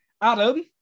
Adam